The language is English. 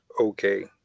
okay